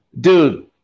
Dude